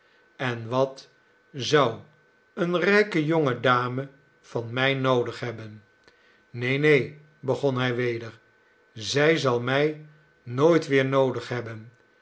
en wat zou eene rijke jonge dame van mij noodig hebben neen neen begon hij weder zij zal mij nooit weer noodig hebben